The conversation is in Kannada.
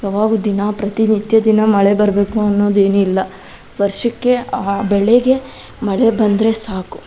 ಯಾವಾಗ್ಲೂ ದಿನಾ ಪ್ರತಿನಿತ್ಯ ದಿನ ಮಳೆ ಬರಬೇಕು ಅನ್ನೊದೇನಿಲ್ಲ ವರ್ಷಕ್ಕೆ ಆ ಬೆಳೆಗೆ ಮಳೆ ಬಂದರೆ ಸಾಕು